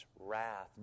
wrath